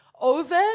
over